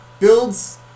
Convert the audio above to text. builds